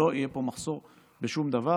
שלא יהיה פה מחסור בשום דבר,